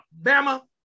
Bama